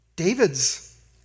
David's